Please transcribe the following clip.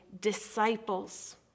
disciples